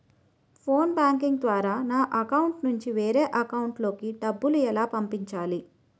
Phone banking ద్వారా నా account నుంచి వేరే అకౌంట్ లోకి డబ్బులు ఎలా పంపించాలి?